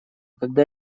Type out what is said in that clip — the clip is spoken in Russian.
когда